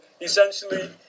essentially